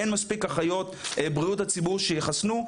אין מספיק אחיות בריאות הציבור שיחסנו,